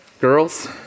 girls